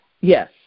Yes